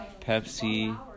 Pepsi